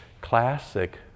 Classic